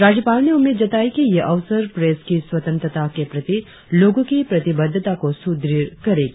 राज्यपाल ने उम्मीद जताई कि यह अवसर प्रेस की स्वतंत्रता के प्रति लोगों की प्रतिबद्धता को सुद्रढ़ करेगी